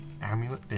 amulet